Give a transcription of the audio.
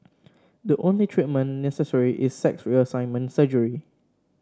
the only treatment necessary is sex reassignment surgery